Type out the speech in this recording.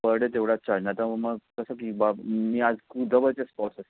पर day तेवढाच charge नाहीतर मग मग जसं की बं मी आजची जवळचे स्पॉट्स आहेत